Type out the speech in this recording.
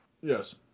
Yes